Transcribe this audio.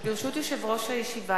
ברשות יושב-ראש הישיבה,